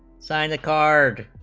signed a cart